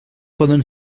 poden